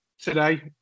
today